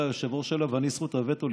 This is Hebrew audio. אתה היושב-ראש שלה ואני זכות הווטו.